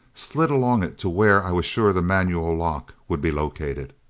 slid along it to where i was sure the manual lock would be located.